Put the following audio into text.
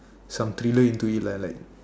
some thriller into it lah like